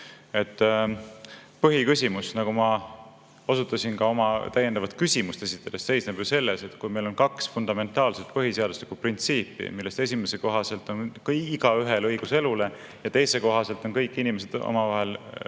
Põhiküsimus, nagu ma osutasin ka oma täiendavat küsimust esitades, seisneb ju selles, et kui meil on kaks fundamentaalset põhiseaduslikku printsiipi, millest esimese kohaselt on igaühel õigus elule ja teise kohaselt on kõik inimesed seaduse ees